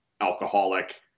alcoholic